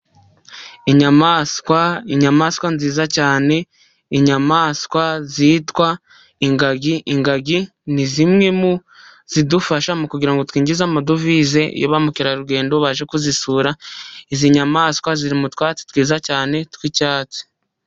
Inyamaswa, inyamaswa nziza cyane, inyamaswa zitwa ingagi, ingagi ni zimwe mu zidufasha mu kugira ngo twinjize amadovize, ya ba mukerarugendo baje kuzisura, izi nyamaswa ziri m'utwatsi twiza cyane tw'icyatsi.